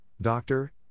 doctor